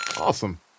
Awesome